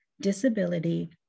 disability